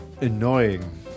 annoying